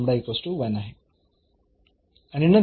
आणि नंतर